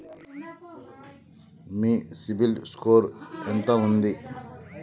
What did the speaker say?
మీ CIBIL score ఎంత ఉంది?